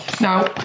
Now